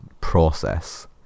process